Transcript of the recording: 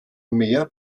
mehr